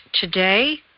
today